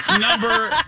Number